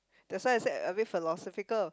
that's why I said a bit philosophical